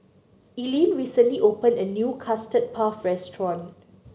Eileen recently opened a new Custard Puff Restaurant